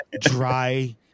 dry